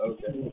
Okay